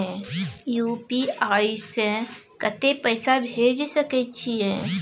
UPI से कत्ते पैसा भेज सके छियै?